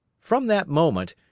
from that moment,